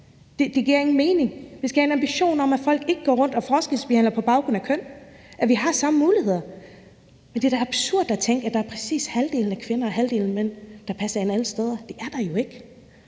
Det giver ingen mening. Vi skal have en ambition om, at folk ikke går rundt og forskelsbehandler på baggrund af køn, og at vi har samme muligheder, men det er da absurd at tænke, at der er præcis halvdelen af kvinderne og halvdelen af mænd, der passer ind alle steder. Det er der jo ikke.